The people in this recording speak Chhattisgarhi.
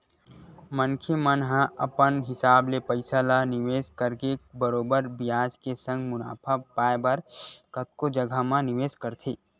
मनखे मन ह अपन हिसाब ले पइसा ल निवेस करके बरोबर बियाज के संग मुनाफा पाय बर कतको जघा म निवेस करथे